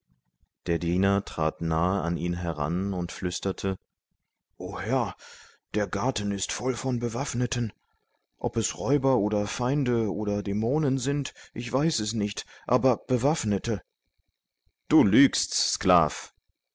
der diener trat nahe an ihn heran und flüsterte o herr der garten ist voll von bewaffneten ob es räuber oder feinde oder dämonen sind ich weiß es nicht aber bewaffnete du lügst sklav